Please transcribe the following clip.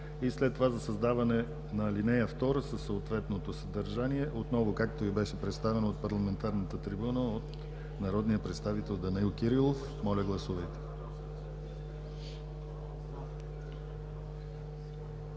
и след това за създаване на ал. 2 със съответното съдържание, както Ви беше представено от парламентарната трибуна от народния представител Данаил Кирилов. Гласували